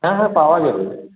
হ্যাঁ হ্যাঁ পাওয়া যাবে